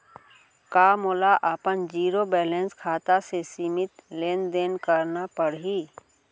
का मोला अपन जीरो बैलेंस खाता से सीमित लेनदेन करना पड़हि?